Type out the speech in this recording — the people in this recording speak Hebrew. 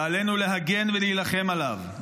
ועלינו להגן ולהילחם עליו.